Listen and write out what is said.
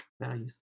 values